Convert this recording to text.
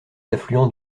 affluents